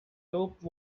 dope